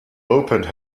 opened